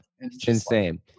Insane